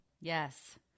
Yes